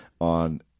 on